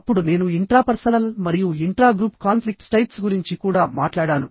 అప్పుడు నేను ఇంట్రాపర్సనల్ మరియు ఇంట్రాగ్రూప్ కాన్ఫ్లిక్ట్స్ టైప్స్ గురించి కూడా మాట్లాడాను